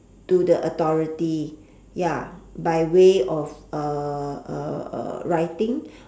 to the authority ya by way of uh uh uh writing